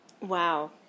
Wow